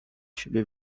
siebie